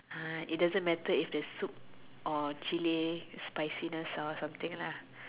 uh it doesn't matter it is soup or chilli or spiciness or something lah